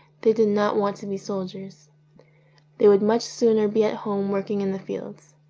they did not want to be soldiers they would much sooner be at home working in the fields.